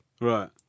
right